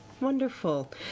wonderful